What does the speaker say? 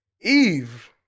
Eve